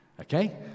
okay